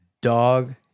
dog